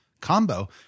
combo